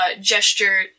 gesture